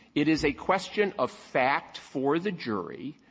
it is a question of fact for the jury.